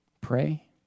pray